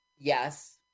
Yes